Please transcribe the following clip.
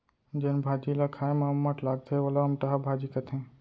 जेन भाजी ल खाए म अम्मठ लागथे वोला अमटहा भाजी कथें